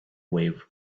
wave